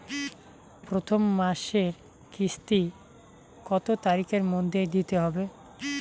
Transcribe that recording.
প্রথম মাসের কিস্তি কত তারিখের মধ্যেই দিতে হবে?